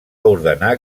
ordenar